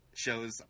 shows